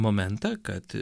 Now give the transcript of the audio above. momentą kad